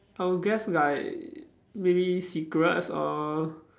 I will guess like maybe secrets or